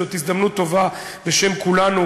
זאת הזדמנות טובה להביע בשם כולנו